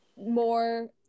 more